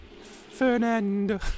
Fernando